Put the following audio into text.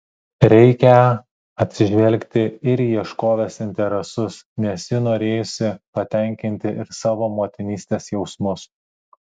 reikią atsižvelgti ir į ieškovės interesus nes ji norėjusi patenkinti ir savo motinystės jausmus